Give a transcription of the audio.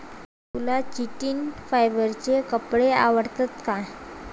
तुला चिटिन फायबरचे कपडे आवडतात का?